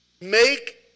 Make